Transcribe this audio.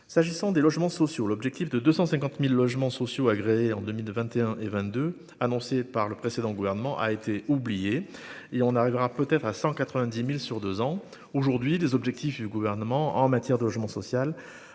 s'agissant des logements sociaux, l'objectif de 250000 logements sociaux en 2021 et 22 annoncé par le précédent gouvernement a été oublié et on arrivera peut-être à 190000 sur 2 ans aujourd'hui, les objectifs du gouvernement en matière de logement social,